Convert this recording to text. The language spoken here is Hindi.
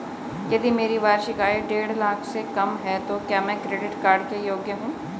यदि मेरी वार्षिक आय देढ़ लाख से कम है तो क्या मैं क्रेडिट कार्ड के लिए योग्य हूँ?